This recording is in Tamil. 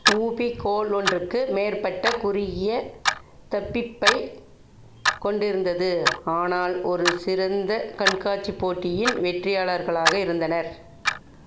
உபி கோல் ஒன்றுக்கு மேற்பட்ட குறுகிய தப்பிப்பைக் கொண்டிருந்தது ஆனால் ஒரு சிறந்த கண்காட்சி போட்டியின் வெற்றியாளர்களாக இருந்தனர்